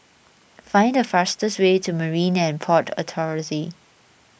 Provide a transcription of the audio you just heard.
find the fastest way to Marine and Port Authority